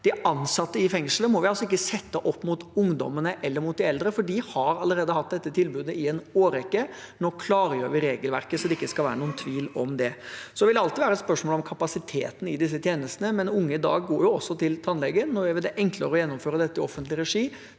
de innsatte i fengslene opp mot ungdommene eller opp mot de eldre, for de innsatte har allerede hatt dette tilbudet i en årrekke. Nå klargjør vi regelverket så det ikke skal være noen tvil rundt det. Det vil alltid være et spørsmål om kapasiteten i disse tjenestene, men unge går jo også i dag til tannlegen. Nå gjør vi det enklere å gjennomføre dette i offentlig regi,